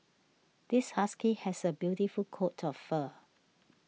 this husky has a beautiful coat of fur